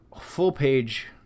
full-page